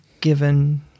given